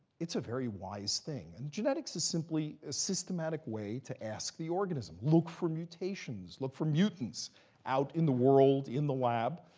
it's a very wise thing. and genetics is simply a systematic way to ask the organism, look for mutations, look for mutants out in the world, in the lab,